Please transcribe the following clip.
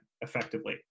effectively